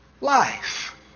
life